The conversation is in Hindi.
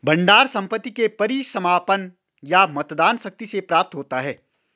भंडार संपत्ति के परिसमापन या मतदान शक्ति से प्राप्त होता है